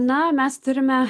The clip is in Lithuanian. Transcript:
na mes turime